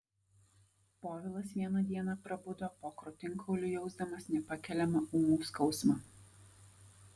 povilas vieną dieną prabudo po krūtinkauliu jausdamas nepakeliamą ūmų skausmą